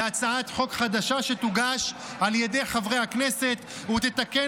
בהצעת חוק חדשה שתוגש על ידי חברי הכנסת ותתקן